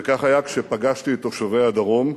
וכך היה כשפגשתי את תושבי הדרום,